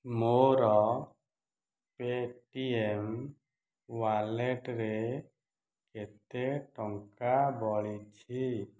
ମୋର Paytm ୱାଲେଟ୍ରେ କେତେ ଟଙ୍କା ବଳିଛି